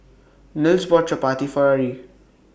Nils bought Chapati For Ari